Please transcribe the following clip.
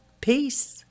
Peace